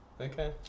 Okay